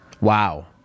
Wow